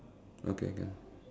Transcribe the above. okay can